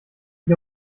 ich